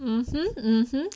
hmm hmm